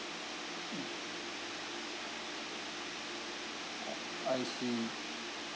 I I see